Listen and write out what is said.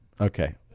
Okay